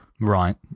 Right